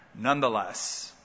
nonetheless